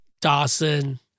Dawson